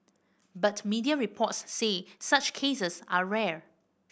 but media reports say such cases are rare